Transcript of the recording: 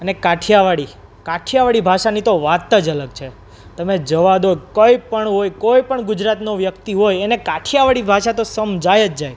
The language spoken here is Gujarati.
અને કઠિયાવાડી કઠિયાવાડી ભાષાની તો વાત જ અલગ છે તમે જવા દો કંઈપણ હોય કોઈપણ ગુજરાતનો વ્યક્તિ હોય એને કઠિયાવાડી ભાષા તો સમજાઈ જ જાય